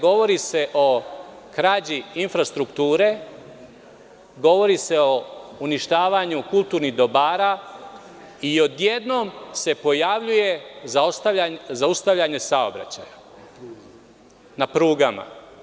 Govori se o krađi infrastrukture, govori se o uništavanju kulturnih dobara i odjednom se pojavljuje – zaustavljanje saobraćaja na prugama.